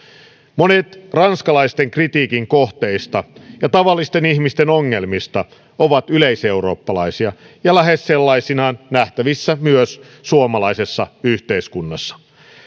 monet ranskalaisten kritiikin kohteista ja tavallisten ihmisten ongelmista ovat yleiseurooppalaisia ja lähes sellaisinaan nähtävissä myös suomalaisessa yhteiskunnassa